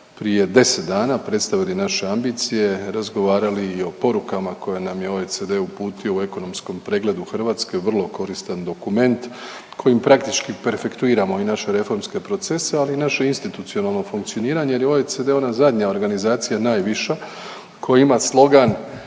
prije 10 dana, predstavili naše ambicije, razgovarali i o porukama koje nam je OECD uputio u ekonomskom pregledu Hrvatske vrlo koristan dokument kojim praktički perfektuiramo i naše reformske procese, ali i naše institucionalno funkcioniranje jer je OECD ona zadnja organizacija najviša koja ima slogan